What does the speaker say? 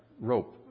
rope